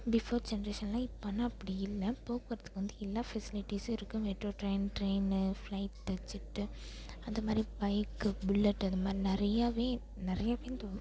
before generation எல்லாம் இப்போ ஆனால் அப்படி இல்லை போக்குவரத்துக்கு வந்து எல்லா ஃபெசிலிட்டிஸும் இருக்கு மெட்ரோ ட்ரெயின் ட்ரெயின்னு ஃப்ளைட்டு ஜெட்டு அது மாதிரி பைக்கு புல்லட்டு அது மாதிரி நிறையாவே நிறைய பேருந்து